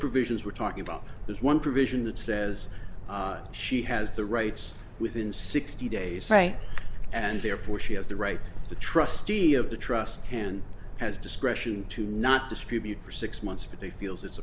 provisions we're talking about there's one provision that says she has the rights within sixty days right and therefore she has the right the trustee of the trust hand has discretion to not distribute for six months but they feels i